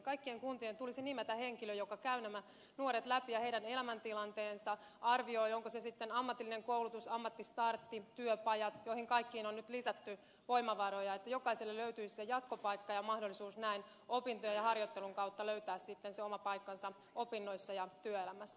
kaikkien kuntien tulisi nimetä henkilö joka käy nämä nuoret ja heidän elämäntilanteensa läpi ja arvioi onko se sitten ammatillinen koulutus ammattistartti työpajat jonka avulla jokaiselle löytyisi se jatkopaikka ja mahdollisuus näin opintojen tai harjoittelun kautta löytää sitten se oma paikkansa opinnoissa ja työelämässä